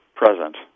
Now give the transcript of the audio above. present